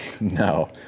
No